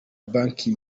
banki